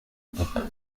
papa